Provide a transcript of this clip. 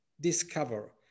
discover